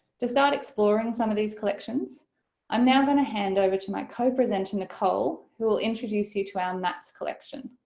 to start exploring some of these collections i'm now going to hand over to my co-presenter, nicole who will introduce you to our maps collection.